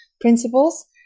principles